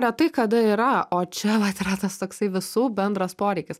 retai kada yra o čia vat yra tas toksai visų bendras poreikis